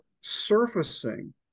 surfacing